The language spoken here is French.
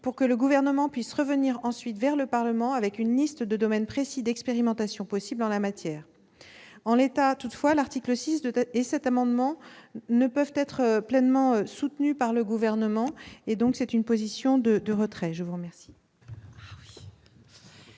afin que le Gouvernement puisse revenir ensuite vers le Parlement avec une liste de domaines précis d'expérimentations possibles en la matière. En l'état, toutefois, l'article 6 et cet amendement ne peuvent être pleinement soutenus par le Gouvernement, qui en demande donc le retrait. La parole